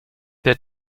der